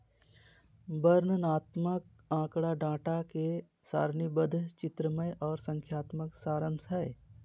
वर्णनात्मक आँकड़ा डाटा के सारणीबद्ध, चित्रमय आर संख्यात्मक सारांश हय